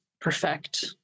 perfect